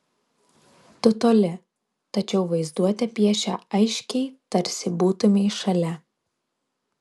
tu toli tačiau vaizduotė piešia aiškiai tarsi būtumei šalia